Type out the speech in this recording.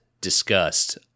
discussed